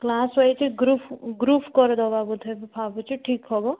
class wise group group କରିଦେବା ବୋଧେ ଭାବୁଛି ଠିକ୍ ହବ